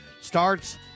Starts